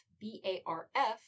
B-A-R-F